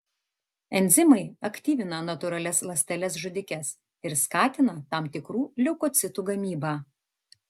enzimai aktyvina natūralias ląsteles žudikes ir skatina tam tikrų leukocitų gamybą